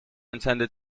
intended